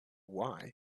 why